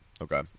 okay